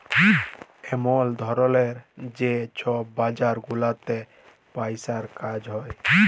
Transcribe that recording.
এমল ধরলের যে ছব বাজার গুলাতে পইসার কাজ হ্যয়